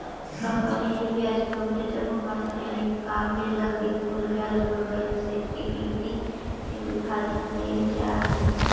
company के ब्याज coverage अनुपात के निकाले लगी कुल ब्याज व्यय से ईबिट के विभाजित कईल जा हई